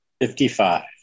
Fifty-five